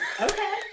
Okay